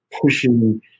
pushing